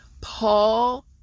Paul